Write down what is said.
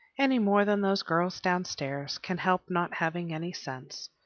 any more than those girls downstairs can help not having any sense.